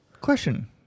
question